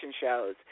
shows